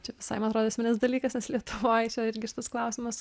čia visai man atrodo esminis dalykas nes lietuvoj čia irgi šitas klausimas